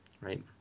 Right